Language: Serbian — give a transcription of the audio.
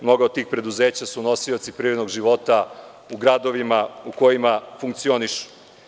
Mnoga od tih preduzeća su nosioci privrednog života u gradovima u kojima funkcionišu.